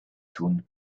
tun